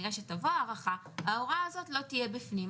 וכנראה שתבוא הארכה ההוראה הזאת לא תהיה בפנים.